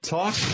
talk